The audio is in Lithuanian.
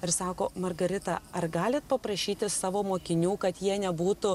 ir sako margarita ar galit paprašyti savo mokinių kad jie nebūtų